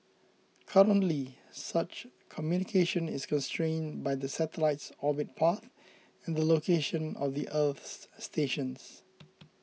currently such communication is constrained by the satellite's orbit path and the location of the earth stations